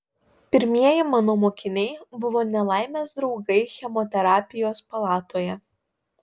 pirmieji mano mokiniai buvo nelaimės draugai chemoterapijos palatoje